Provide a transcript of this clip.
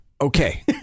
Okay